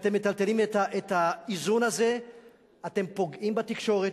שאתם מטלטלים את האיזון הזה אתם פוגעים בתקשורת,